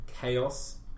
chaos